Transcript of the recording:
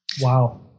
Wow